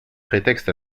prétexte